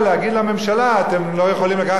לא יכולים לקחת כסף בשביל העניין הזה,